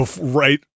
right